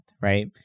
right